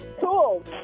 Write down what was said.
Cool